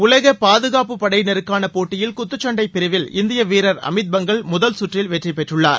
உலக பாதுகாப்புபடையினருக்கான போட்டியில் குத்துச்சண்டை பிரிவில் இந்திய வீரர் அமித்பங்கல் முதல் சுற்றில் வெற்றிப்பெற்றுள்ளார்